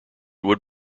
would